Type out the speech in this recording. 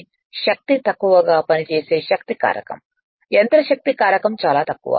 8 శక్తి తక్కువగా పనిచేసే శక్తి కారకం' యంత్ర శక్తి కారకం చాలా తక్కువ